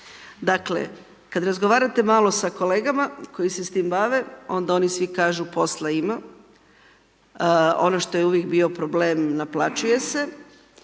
Dakle, kad razgovarate malo sa kolegama koji se s tim bave, onda oni svi kažu posla ima, ono što je uvijek bio problem, naplaćuje se,